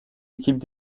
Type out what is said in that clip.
équipes